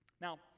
Now